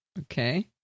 Okay